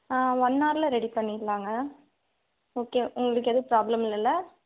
ஆ one அவரில் ready பண்ணிடலாங்க okay உங்களுக்கு எதுவும் ப்ராபளம் இல்லயில்ல